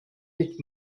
mit